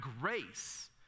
grace